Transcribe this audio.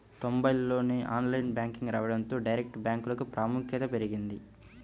తొంబైల్లోనే online banking రావడంతో direct బ్యాంకులకు ప్రాముఖ్యత పెరిగింది